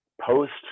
post